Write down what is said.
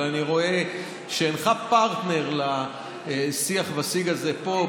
אבל אני רואה שאינך פרטנר לשיח ושיג הזה פה,